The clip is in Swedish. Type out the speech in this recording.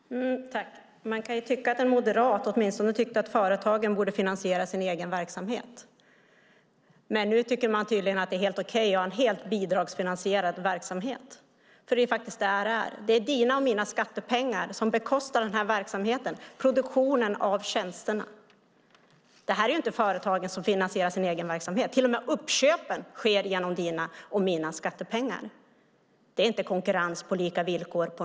Fru talman! Man kan ju tycka att en moderat borde anse att företagen åtminstone ska finansiera sin egen verksamhet. Moderaterna tycker tydligen att det är helt okej att ha en helt bidragsfinansierad verksamhet. Det är nämligen vad det är. Det är dina och mina skattepengar som bekostar verksamheten, det vill säga produktionen av tjänsterna. Företagen finansierar ju inte sin egen verksamhet. Till och med uppköpen sker med dina och mina skattepengar. Det är inte alls konkurrens på lika villkor.